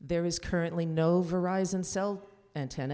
there is currently no verizon cell antenna